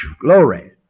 glory